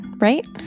right